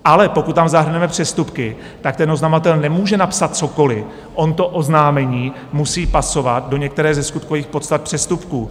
Ale pokud tam zahrneme přestupky, ten oznamovatel nemůže napsat cokoliv, on to oznámení musí pasovat do některé ze skutkových podstat přestupků.